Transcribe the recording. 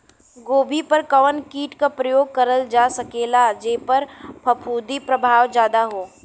गोभी पर कवन कीट क प्रयोग करल जा सकेला जेपर फूंफद प्रभाव ज्यादा हो?